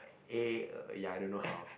eh ya I don't know how